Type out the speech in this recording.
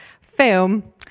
film